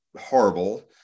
horrible